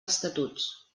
estatuts